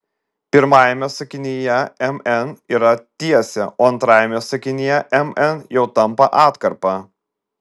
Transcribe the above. pirmajame sakinyje mn yra tiesė o antrajame sakinyje mn jau tampa atkarpa